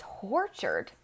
tortured